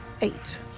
Eight